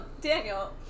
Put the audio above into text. Daniel